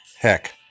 Heck